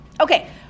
Okay